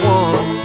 one